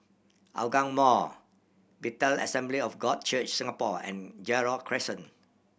Hougang Mall Bethel Assembly of God Church Singapore and Gerald Crescent